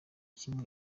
kimwe